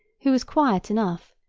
who was quiet enough,